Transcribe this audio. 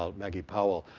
ah maggie powell,